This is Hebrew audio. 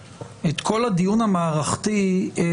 יש דיון אחד שברמה העקרונית היינו גם יכולים להחליט